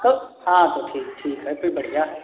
हाँ तो ठीक ठीक है फिर बढ़िया है